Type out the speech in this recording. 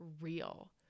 real